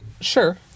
sure